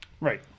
Right